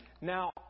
Now